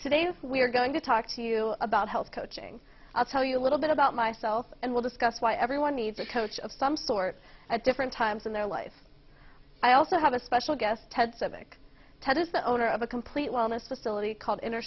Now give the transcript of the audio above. today we are going to talk to you about health coaching i'll tell you a little bit about myself and we'll discuss why everyone needs a coach of some sort at different times in their life i also have a special guest ted civic ted is the owner of a complete wellness facility called inner